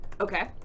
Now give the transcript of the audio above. Okay